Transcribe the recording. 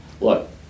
look